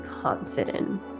confident